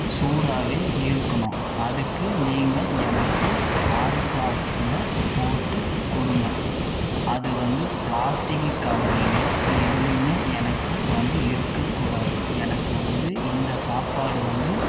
சூடாகவே இருக்கணும் அதுக்கு நீங்கள் எனக்கு ஹாட்பாக்ஸில் போட்டு கொடுங்க அது வந்து பிளாஸ்டிக்கு கவர்ளியோ எதுலையுமே எனக்கு வந்து இருக்க கூடாது எனக்கு வந்து இந்த சாப்பாடு வந்து